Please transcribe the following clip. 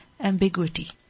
ambiguity